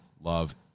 love